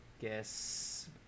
guess